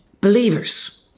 Believers